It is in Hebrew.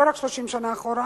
לא רק 30 שנה אחורה,